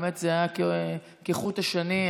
באמת זה עבר כחוט השני,